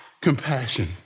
compassion